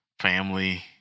family